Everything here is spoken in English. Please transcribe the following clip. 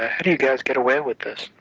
ah how do you guys get away with this?